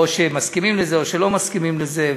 או שמסכימים לזה או שלא מסכימים לזה.